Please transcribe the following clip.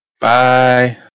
Bye